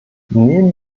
nehmen